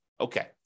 okay